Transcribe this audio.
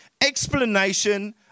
explanation